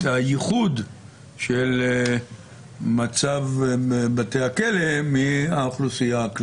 בסוף צריך לבטא את הייחוד של מצב בתי הכלא מהאוכלוסייה הכללית.